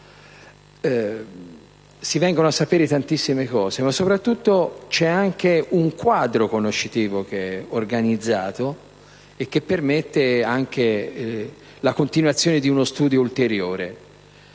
Si vengono a sapere tantissime informazioni, ma soprattutto c'è anche un quadro conoscitivo organizzato che permette anche la continuazione di uno studio ulteriore.